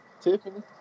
Tiffany